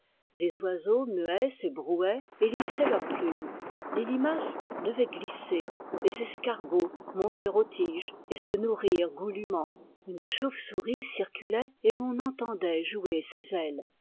des oiseaux muets s'ébrouaient et lissaient leurs plumes les limaces devaient glisser les escargots monter aux tiges et se nourrir goulûment une chauve-souris circulait et l'on entendait jouer ses ailes